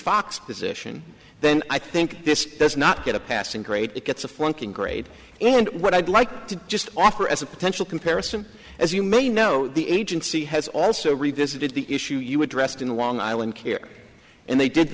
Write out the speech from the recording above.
position then i think this does not get a passing grade it gets a flunking grade and what i'd like to just offer as a potential comparison as you may know the agency has also revisited the issue you addressed in long island care and they did